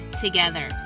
together